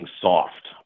soft